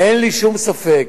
אין לי שום ספק,